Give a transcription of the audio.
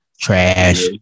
Trash